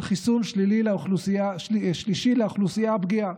של חיסון שלישי לאוכלוסייה הפגיעה.